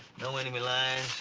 no enemy lines.